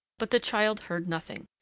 but the child heard nothing.